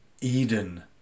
eden